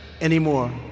anymore